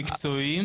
המקצועיים.